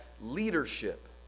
leadership